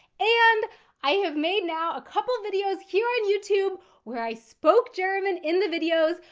and i have made now a couple videos here on youtube where i spoke german in the videos.